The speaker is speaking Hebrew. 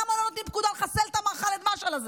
למה לא נותנים פקודה לחסל את חאלד משעל הזה?